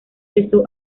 cesó